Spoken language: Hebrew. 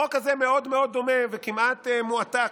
החוק הזה מאוד מאוד דומה, כמעט מועתק,